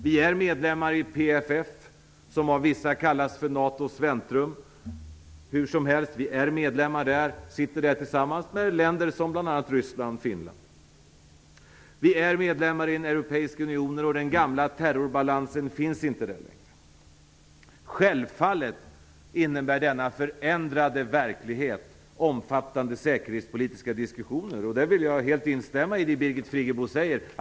Vi är medlemmar i PFF, som av vissa kallas för NATO:s väntrum. Vi är medlemmar, hur som helst, och sitter där tillsammans med länder som bl.a. Ryssland och Finland. Vi är medlemmar i den europeiska unionen, och den gamla terrorbalansen finns inte längre. Självfallet innebär denna förändrade verklighet omfattande säkerhetspolitiska diskussioner. Jag vill helt instämma i det Birgit Friggebo säger.